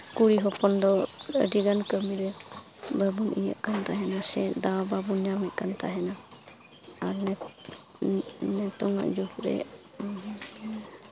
ᱠᱩᱲᱤ ᱦᱚᱯᱚᱱ ᱫᱚ ᱟᱹᱰᱤᱜᱟᱱ ᱠᱟᱹᱢᱤᱨᱮ ᱵᱟᱵᱚᱱ ᱤᱭᱟᱹᱜ ᱠᱟᱱ ᱛᱟᱦᱮᱱᱟ ᱥᱮ ᱫᱟᱣ ᱵᱟᱵᱚᱱ ᱧᱟᱢᱮᱫ ᱠᱟᱱ ᱛᱟᱦᱮᱱᱟ ᱟᱨ ᱱᱤᱛᱚᱝᱼᱟᱜ ᱡᱩᱜᱽ ᱨᱮ